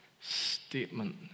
statement